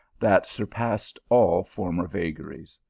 that surpassed all former vagaries.